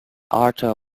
arthur